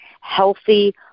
healthy